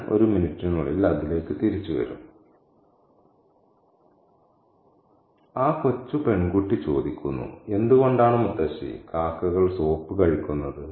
ഞാൻ ഒരു മിനിറ്റിനുള്ളിൽ അതിലേക് തിരിച്ചുവരും ആ കൊച്ചു പെൺകുട്ടി ചോദിക്കുന്നു എന്തുകൊണ്ടാണ് മുത്തശ്ശി കാക്കകൾ സോപ്പ് കഴിക്കുന്നത്